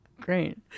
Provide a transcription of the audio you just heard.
Great